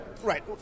Right